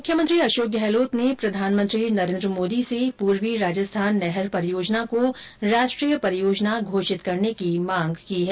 मुख्यमंत्री अशोक गहलोत ने प्रधानमंत्री नरेंद्र मोदी से पूर्वी राजस्थान नहर परियोजना को राष्ट्रीय परियोजना घोषित करने की मांग की है